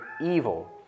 evil